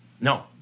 No